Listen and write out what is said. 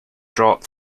dropped